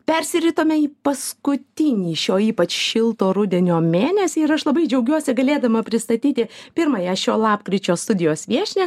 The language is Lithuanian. persiritome į paskutinį šio ypač šilto rudenio mėnesį ir aš labai džiaugiuosi galėdama pristatyti pirmąją šio lapkričio studijos viešnią